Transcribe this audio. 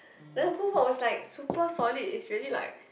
then a pulpo is like super solid is really like